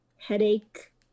Headache